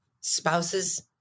spouses